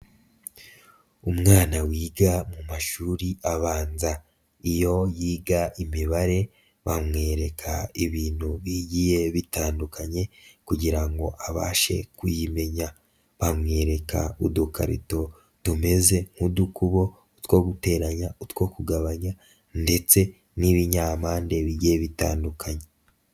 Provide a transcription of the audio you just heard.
Umwana wiga mu mashuri abanza iyo yiga Imibare bamwereka ibintu bigiye bitandukanye kugira ngo abashe kuyimenya, bamwereka udukarito tumeze nk'udukubo two guteranya utwo kugabanya ndetse n'ibinyamande bigiye bitandukanye.